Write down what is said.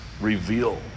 reveal